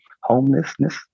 homelessness